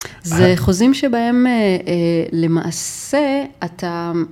זה חוזים שבהם למעשה אתה...